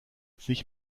sich